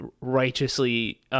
righteously